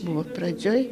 buvo pradžioj